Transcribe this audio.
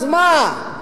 אז מה?